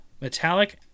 Metallic